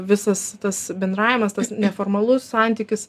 visas tas bendravimas tas neformalus santykis